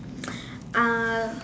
uh